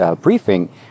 briefing